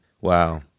Wow